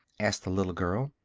asked the little girl.